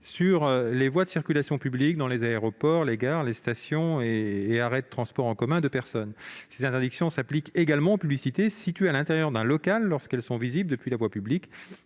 sur les voies de circulation publique- dans les aéroports, les gares, les stations et arrêts de transports en commun de personnes. Cette interdiction s'appliquerait également aux publicités situées à l'intérieur d'un local lorsqu'elles sont visibles depuis la voie publique,